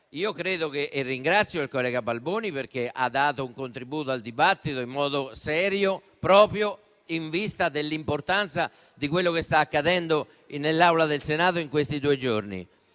Ringrazio il collega Balboni perché ha dato un contributo al dibattito in modo serio, proprio in considerazione dell'importanza di quello che sta accadendo nell'Aula del Senato in questi due giorni.